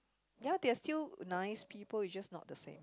ya they are still nice people it's just not the same